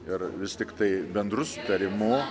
ir vis tiktai bendru sutarimu